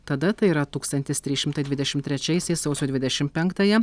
tada tai yra tūkstantis trys šimtai dvidešim trečiaisiais sausio dvidešim penktąją